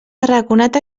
arraconat